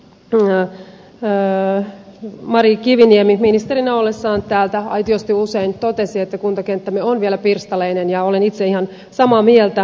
muun muassa mari kiviniemi ministerinä ollessaan täältä aitiosta usein totesi että kuntakenttämme on vielä pirstaleinen ja olen itse ihan samaa mieltä